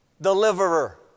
Deliverer